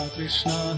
Krishna